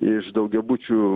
iš daugiabučių